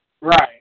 Right